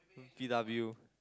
P_W